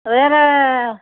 வேறு